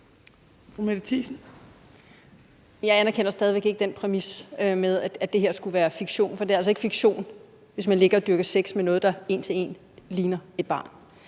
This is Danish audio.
Jeg anerkender stadig væk ikke den præmis, at det her skulle være fiktion, for det er altså ikke fiktion, hvis man ligger og dyrker sex med noget, der en til en ligner et barn.